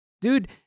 dude